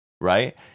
right